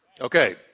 Okay